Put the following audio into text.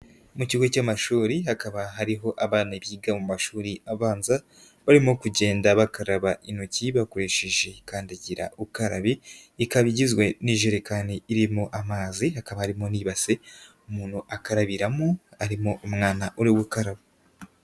Mu kigo cy'amashuri, hakaba hariho abana biga mu mashuri abanza, barimo kugenda bakaraba intoki, bakoresheje kandagirukarabe, ikaba igizwe n'ijerekani irimo amazi, hakaba harimo n'ibase, umuntu akarabiramo, harimo umwana uri gukaraba.